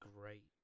great